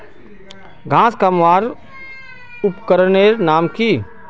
घांस कमवार उपकरनेर नाम की?